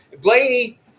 Blaney